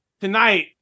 tonight